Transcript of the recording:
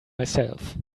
myself